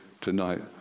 tonight